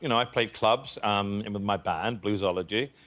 you know i played clubs um and with my band, bluesology.